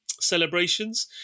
celebrations